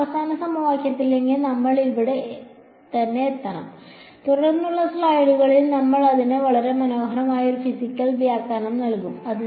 ഈ അവസാന സമവാക്യത്തിലേക്ക് നമ്മൾ ഇവിടെ തന്നെ എത്തണം തുടർന്നുള്ള സ്ലൈഡുകളിൽ നമ്മൾ അതിന് വളരെ മനോഹരമായ ഒരു ഫിസിക്കൽ വ്യാഖ്യാനം നൽകും